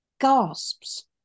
gasps